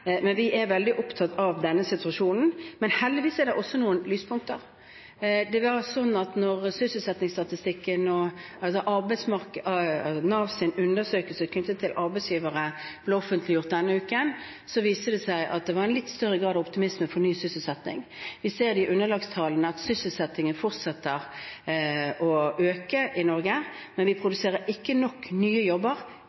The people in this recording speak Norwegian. men vi er veldig opptatt av denne situasjonen. Heldigvis er det også noen lyspunkter. Da sysselsettingsstatistikken og Nav-undersøkelsen knyttet til arbeidsgivere ble offentliggjort denne uken, viste det seg at det var en litt større grad av optimisme for ny sysselsetting. Vi ser i underlagstallene at sysselsettingen fortsetter å øke i Norge, men vi